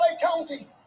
County